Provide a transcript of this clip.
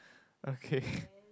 okay